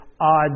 odd